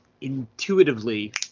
intuitively